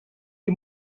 die